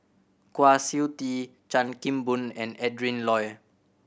Kwa Siew Tee Chan Kim Boon and Adrin Loi